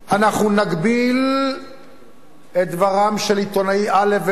אנחנו נגביל את דבריו של עיתונאי א' וב',